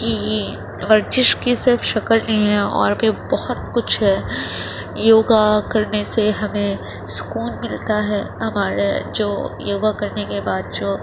کی ورزش کی صرف شکل نہیں ہے اور بھی بہت کچھ ہے یوگا کرنے سے ہمیں سکون ملتا ہے ہمارے جو یوگا کرنے کے بعد جو